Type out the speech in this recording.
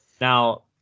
Now